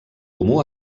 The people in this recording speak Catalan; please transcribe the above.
comú